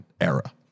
era